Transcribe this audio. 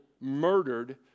murdered